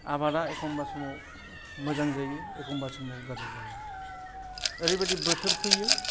आबादा एखमब्ला समाव मोजां जायो एखमब्ला समाव गाज्रि जायो ओरैबायदि बोथोर फैयो